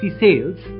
sales